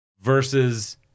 Versus